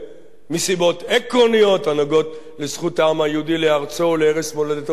מסיבות עקרוניות הנוגעות לזכות העם היהודי לארצו ולערש מולדתו בוודאי,